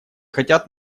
хотят